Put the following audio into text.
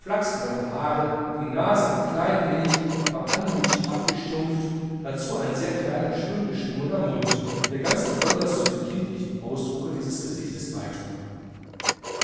flachsblonde haare die nase ein klein wenig aber sehr anmutig abgestumpft dazu ein sehr kleiner schön geschwungener mund der ganz besonders zu dem kindlichen ausdruck dieses gesichtes beitrug